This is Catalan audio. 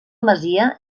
masia